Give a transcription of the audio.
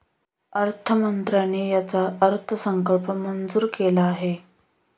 अर्थमंत्र्यांनी याचा अर्थसंकल्प मंजूर केला आहे